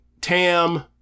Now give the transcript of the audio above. Tam